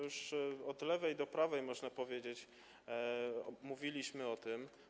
Już od lewej do prawej, można powiedzieć, mówiliśmy o tym.